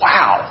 Wow